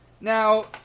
now